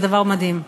זה דבר מדהים.